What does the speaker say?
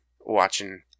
watching